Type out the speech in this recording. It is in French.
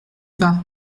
pas